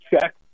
check